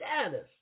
status